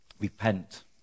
Repent